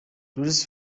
rules